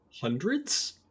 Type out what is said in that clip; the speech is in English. hundreds